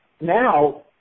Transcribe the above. Now